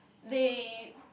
they